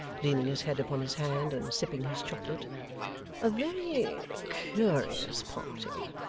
leaning his head upon his hand, and sipping his chocolate a very curious party.